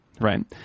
right